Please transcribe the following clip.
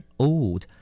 old